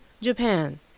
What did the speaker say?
Japan